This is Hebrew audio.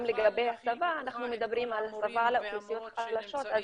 גם לגבי הסבה אנחנו מדברים על הסבה לאוכלוסיות החלשות,